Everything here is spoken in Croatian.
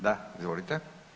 Da, izvolite.